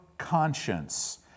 conscience